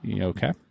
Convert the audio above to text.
Okay